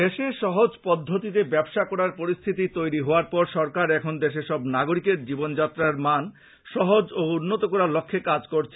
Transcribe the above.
দেশে সহজ পদ্ধতিতে ব্যবসা করার পরিস্থিতি তৈরী হওয়ার পর সরকার এখন দেশের সব নাগরিকের জীবন যাত্রার মান সহজ ও উন্নত করার লক্ষ্যে কাজ করছে